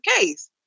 case